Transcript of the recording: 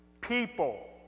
people